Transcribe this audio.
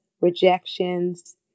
rejections